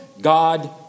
God